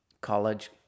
college